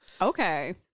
Okay